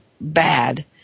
bad